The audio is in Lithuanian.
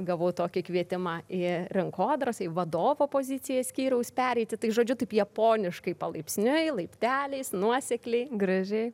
gavau tokį kvietimą į rinkodaros į vadovo poziciją skyriaus pereiti tai žodžiu taip japoniškai palaipsniui laipteliais nuosekliai gražiai